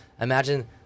Imagine